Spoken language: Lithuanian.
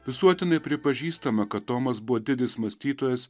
visuotinai pripažįstame kad tomas buvo didis mąstytojas